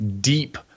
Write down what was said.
deep